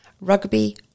rugby